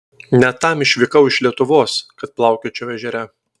ne tam išvykau iš lietuvos kad plaukiočiau ežere